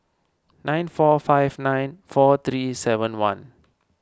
nine four five nine four three seven one